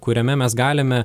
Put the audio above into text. kuriame mes galime